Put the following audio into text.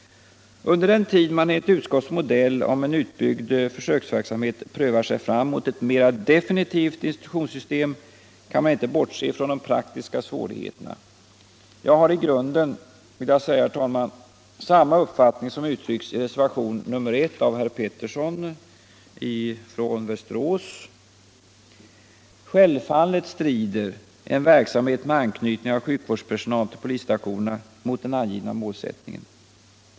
Under den tid man enligt utskottets modell om en utbyggd försöksverksamhet prövar sig fram mot ett mer definitivt institutionssystem kan man inte bortse från de praktiska svårigheterna. Jag har i grunden samma uppfattning, herr talman, som uttrycks I reservation nr I av herr Pettersson i Västerås. Självfaltet strider en verksamhet med anknytning av sjukvårdspersonal ull polisstationerna mot den angivna målsättningen.